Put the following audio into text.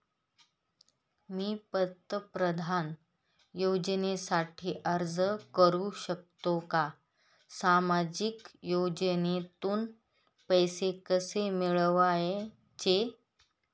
मी पंतप्रधान योजनेसाठी अर्ज करु शकतो का? सामाजिक योजनेतून पैसे कसे मिळवायचे